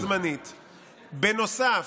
בנוסף,